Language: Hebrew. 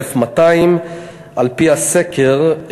1,200. על-פי הסקר,